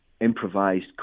improvised